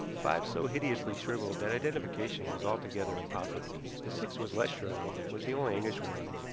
five so hideously shriveled that identification was altogether impossible. the sixth was less shriveled, was the only english one,